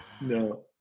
No